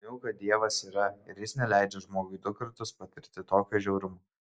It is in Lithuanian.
maniau kad dievas yra ir jis neleidžia žmogui du kartus patirti tokio žiaurumo